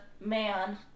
man